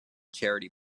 charity